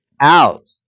out